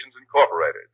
Incorporated